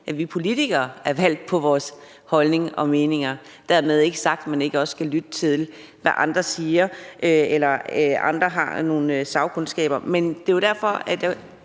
at vi politikere er valgt på vores holdninger og meninger. Dermed ikke sagt, at man ikke også skal lytte til, hvad andre, der har en sagkundskab, siger. Men det var derfor, jeg